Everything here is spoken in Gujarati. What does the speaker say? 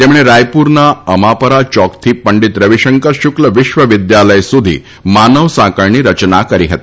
તેમણે રાયપુરના અમાપારા ચોકથી પંડિત રવિશંકર શુક્લ વિશ્વવિદ્યાલય સુધી માનવ સાંકળની રચના કરી હતી